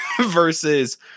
versus